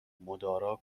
مدارا